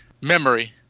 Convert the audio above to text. Memory